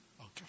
Okay